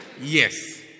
Yes